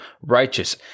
righteous